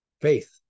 faith